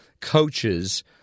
coaches